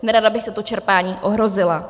Nerada bych toto čerpání ohrozila.